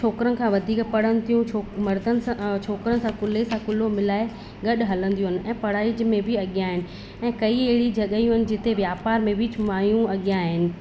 छोकरन खां वधीक पढ़न थियूं छो मर्दनि सां छोकरनि सां कुले सां कुलो मिलाए गॾ हलंदियूं आहिनि ऐं पढ़ाई जे में बि अॻियां आहिनि ऐं कई अहिड़ी जॻहियूं आहिनि जिते वापार में बि माइयूं अॻियां आहिनि